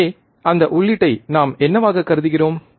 எனவே அந்த உள்ளீட்டை நாம் என்னவாகக் கருதுகிறோம்